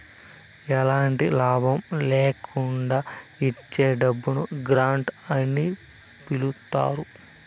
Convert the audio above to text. ఎలాంటి లాభం ల్యాకుండా ఇచ్చే డబ్బును గ్రాంట్ అని పిలుత్తారు